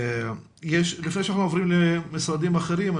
לפני שאנחנו עוברים למשרדים אחרים,